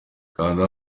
kanda